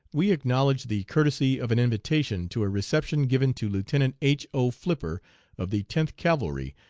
we acknowledge the courtesy of an invitation to a reception given to lieutenant h. o. flipper of the tenth cavalry,